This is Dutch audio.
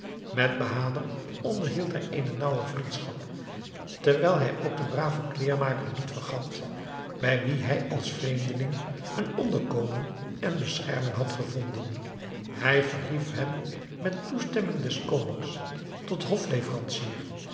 met bahader onderhield hij eene naauwe vriendschap terwijl hij ook den braven kleêrmaker niet vergat bij wien hij als vreemdeling een onderkomen en bescherming had gevonden hij verhief hem met toestemming des konings tot hofleverancier